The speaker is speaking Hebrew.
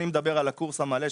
אני מדבר על הקורס המלא,